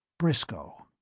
briscoe!